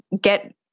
get